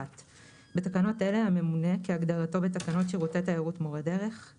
בתקנות אלה "הממונה" כהגדרתו בתקנות שירותי תיירות (מורי דרך);